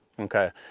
Okay